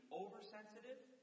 oversensitive